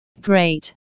Great